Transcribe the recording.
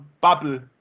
bubble